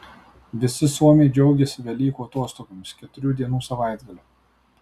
visi suomiai džiaugiasi velykų atostogomis keturių dienų savaitgaliu